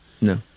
No